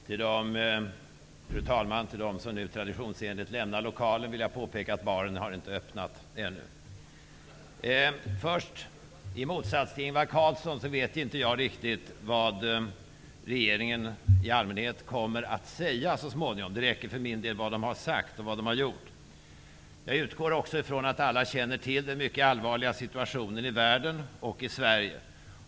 Fru talman! Till dem som nu traditionsensligt lämnar lokalen vill jag påpeka att baren inte har öppnat ännu. I motsats till Ingvar Carlsson vet jag inte riktigt vad regeringen i allmänhet kommer att säga så småningom. Det räcker för min del med vad den har sagt och gjort. Jag utgår också från att alla känner till den mycket allvarliga situationen i världen och i Sverige.